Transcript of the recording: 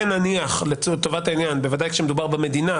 נניח לטובת העניין בוודאי כשמדובר במדינה,